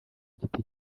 giti